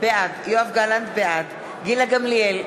בעד גילה גמליאל,